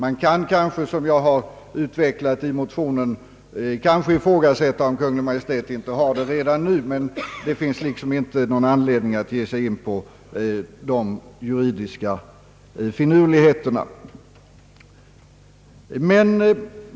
I enlighet med vad jag anfört i motionen kan man kanske ifrågasätta om Kungl. Maj:t inte har denna möj lighet redan nu. Det finns dock ingen anledning att ge sig in på de juridiska finurligheterna.